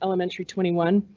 elementary twenty one.